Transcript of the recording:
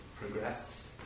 progress